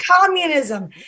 communism